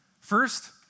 First